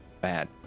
bad